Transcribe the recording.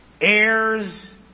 heirs